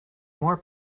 more